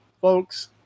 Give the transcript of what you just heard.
Folks